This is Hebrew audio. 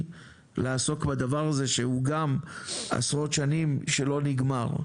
לעסוק בדבר הזה שהוא גם עשרות שנים שלא נגמר,